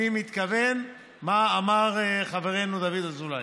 אני מתכוון למה שאמר חברנו דוד אזולאי.